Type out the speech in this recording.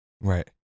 Right